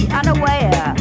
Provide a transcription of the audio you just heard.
unaware